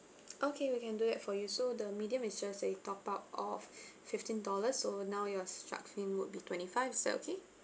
okay we can do that for you so the medium is just a top up of fifteen dollars so now your shark's fin would be twenty five is that okay